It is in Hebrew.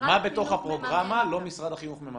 מה בתוך הפרוגרמה לא משרד החינוך מממן?